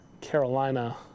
Carolina